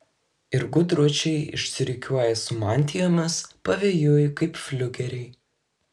ir gudručiai išsirikiuoja su mantijomis pavėjui kaip fliugeriai